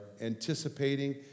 anticipating